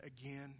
again